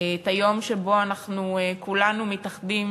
את היום שבו אנחנו כולנו מתאחדים